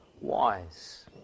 wise